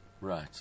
right